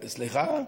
סליחה?